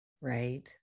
Right